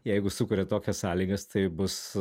jeigu sukuria tokias sąlygas tai bus